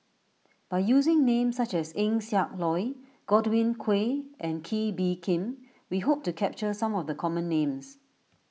by using names such as Eng Siak Loy Godwin Koay and Kee Bee Khim we hope to capture some of the common names